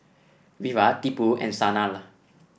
Virat Tipu and Sanal